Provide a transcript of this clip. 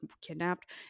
kidnapped